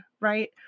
right